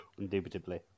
Indubitably